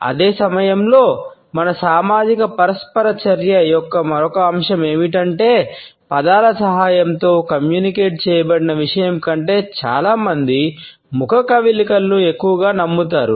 అదే సమయంలో మన సామాజిక పరస్పర చర్య యొక్క మరొక అంశం ఏమిటంటే పదాల సహాయంతో కమ్యూనికేట్ చేయబడిన విషయం కంటే చాలా మంది ముఖ కవళికలను ఎక్కువగా నమ్ముతారు